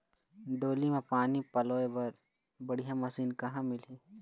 डोली म पानी पलोए बर बढ़िया मशीन कहां मिलही?